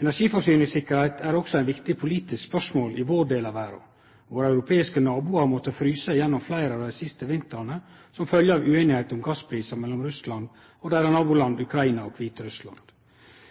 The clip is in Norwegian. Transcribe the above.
Energiforsyningssikkerheit er også eit viktig politisk spørsmål i vår del av verda. Våre europeiske naboar har måtta fryse seg gjennom fleire av dei siste vintrane som følgje av usemje om gassprisar mellom Russland og deira naboland Ukraina